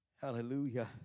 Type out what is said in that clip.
Hallelujah